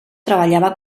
treballava